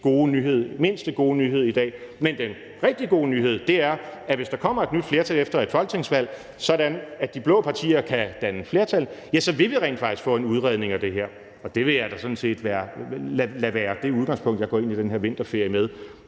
sådan den mindste gode nyhed i dag, men den rigtig gode nyhed er, at hvis der kommer et nyt flertal efter et folketingsvalg, sådan at de blå partier kan danne flertal, ja, så vil vi rent faktisk få en udredning af det her, og det vil jeg da sådan set lade være det udgangspunkt, jeg går ind i den her vinterferie med.